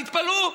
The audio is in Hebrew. תתפלאו.